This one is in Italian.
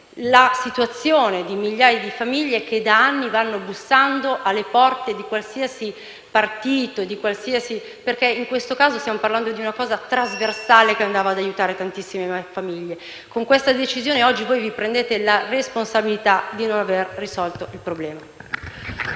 la situazione di migliaia di famiglie, che da anni vanno bussando alle porte di qualsiasi partito. In questo caso, infatti, stiamo parlando di una cosa trasversale, che sarebbe andata aiutare tantissime famiglie. Con questa decisione vi prendete oggi la responsabilità di non aver risolto il problema.